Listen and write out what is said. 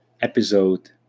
episode